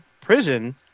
prison